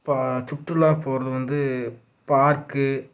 இப்போ சுற்றுலா போகிறது வந்து பார்க்கு